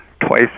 twice